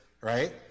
right